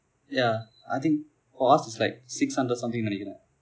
ya I think for us is like six hundred something நினைக்கிறேன்:ninaikkireen